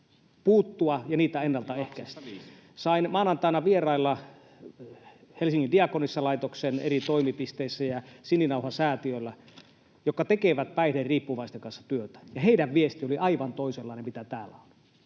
Lapsista viis!] Sain maanantaina vierailla Helsingin Diakonissalaitoksen eri toimipisteissä ja Sininauhasäätiöllä, jotka tekevät päihderiippuvaisten kanssa työtä, ja heidän viestinsä oli aivan toisenlainen kuin mikä täällä on.